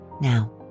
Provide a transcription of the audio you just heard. now